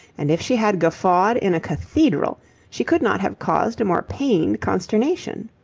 and if she had guffawed in a cathedral she could not have caused a more pained consternation.